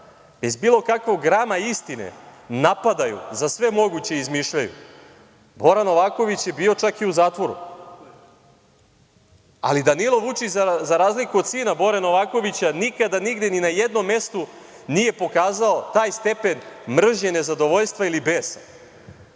bez bilo kakvog grama istine, napadaju za sve moguće i izmišljaju, Bora Novaković je bio čak i u zatvoru. Ali Danilo Vučić, za razliku od sina Bore Novakovića, nikada nigde ni na jednom mestu nije pokazao taj stepen mržnje, nezadovoljstva ili besa,